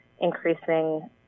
increasing